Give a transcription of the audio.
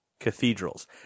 cathedrals